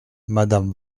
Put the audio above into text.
madame